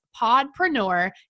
Podpreneur